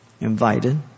invited